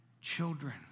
children